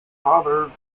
fathers